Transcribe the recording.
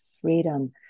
freedom